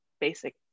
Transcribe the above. Basic